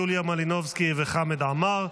יוליה מלינובסקי וחמד עמאר,